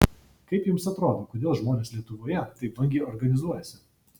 kaip jums atrodo kodėl žmonės lietuvoje taip vangiai organizuojasi